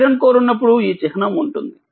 iron core ఉన్నప్పుడు ఈ చిహ్నం ఉంటుంది